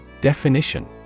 Definition